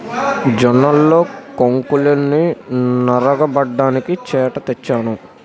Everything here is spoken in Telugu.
జొన్నల్లో కొంకుల్నె నగరబడ్డానికి చేట తెచ్చాను